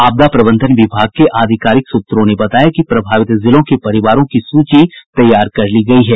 आपदा प्रबंधन विभाग के आधिकारिक सूत्रों ने बताया कि प्रभावित जिलों के परिवारों की सूची तैयार कर ली गयी है